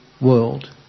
world